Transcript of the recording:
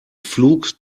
flug